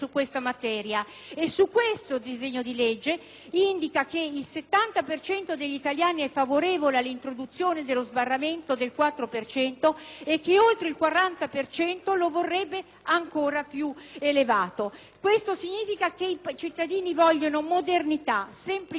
all'introduzione dello sbarramento del quattro per cento e che oltre il 40 per cento lo vorrebbe ancora più elevato. Ciò significa che i cittadini vogliono modernità, semplicità, ed assomigliare ogni giorno di più alle grandi democrazie europee alle quali oggi ci ispiriamo.